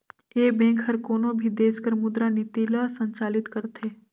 ए bank हर कोनो भी देस कर मुद्रा नीति ल संचालित करथे